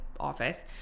office